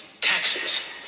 Taxes